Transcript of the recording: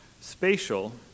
Spatial